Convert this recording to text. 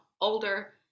older